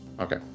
Okay